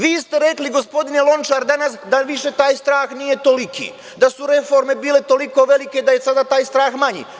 Vi ste rekli danas, gospodine Lončar, da više taj strah nije toliki, da su reforme bile toliko velike da je sada taj strah manji.